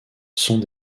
sont